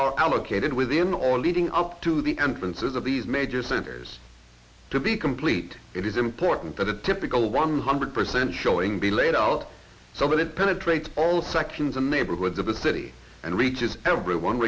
are allocated within or leading up to the entrances of these major centers to be complete it is important that a typical one hundred percent showing be laid out so when it penetrates all sections and neighborhoods of the city and reaches everyone